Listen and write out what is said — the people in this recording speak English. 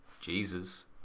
Jesus